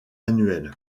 annuel